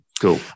cool